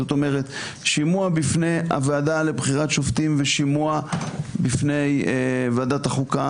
זאת אומרת שימוע בפני הוועדה לבחירת שופטים ושימוע בפני ועדת החוקה,